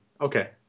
okay